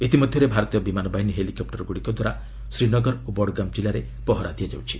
ଇତିମଧ୍ୟରେ ଭାରତୀୟ ବିମାନ ବାହିନୀ ହେଲିକପୁରଗୁଡ଼ିକ ଦ୍ୱାରା ଶ୍ରୀନଗର ଓ ବଡ଼ଗାମ୍ ଜିଲ୍ଲାରେ ପହରା ଦିଆଯାଉଛି